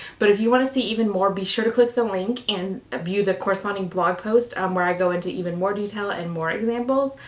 but if you want to see even more, be sure to click the link and ah view the corresponding blog post um where i go into even more detail and more examples.